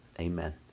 Amen